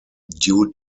due